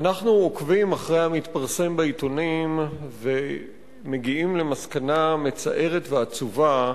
אנחנו עוקבים אחרי המתפרסם בעיתונים ומגיעים למסקנה מצערת ועצובה,